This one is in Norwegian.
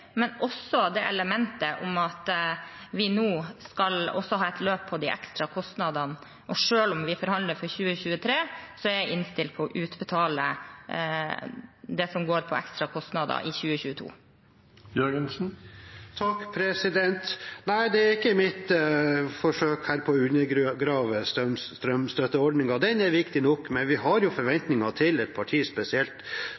men det er også det elementet om at vi nå også skal ha et løp for de ekstra kostnadene. Selv om vi forhandler for 2023, er jeg innstilt på å utbetale det som er ekstra kostnader i 2022. Nei, jeg forsøker ikke her å undergrave strømstøtteordningen, den er viktig nok, men vi har jo